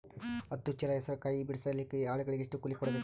ಹತ್ತು ಚೀಲ ಹೆಸರು ಕಾಯಿ ಬಿಡಸಲಿಕ ಆಳಗಳಿಗೆ ಎಷ್ಟು ಕೂಲಿ ಕೊಡಬೇಕು?